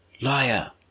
liar